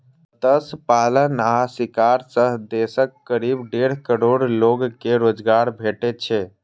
मत्स्य पालन आ शिकार सं देशक करीब डेढ़ करोड़ लोग कें रोजगार भेटै छै